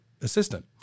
assistant